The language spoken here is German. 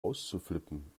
auszuflippen